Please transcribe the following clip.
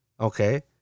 Okay